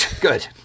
good